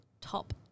top